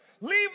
Leave